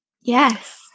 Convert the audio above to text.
Yes